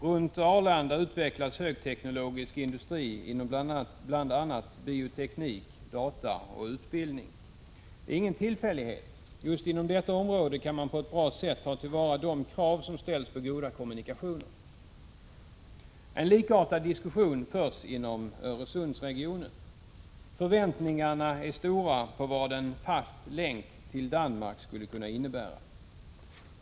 Runt Arlanda utvecklas högteknologisk industri inom bl.a. bioteknik, data och utbildning. Det är ingen tillfällighet. Just inom detta område kan man på ett bra sätt ta till vara de krav som ställs på goda kommunikationer. En likartad diskussion förs inom Öresundsregionen. Förväntningarna är stora på vad en fast länk till Danmark skulle kunna innebära.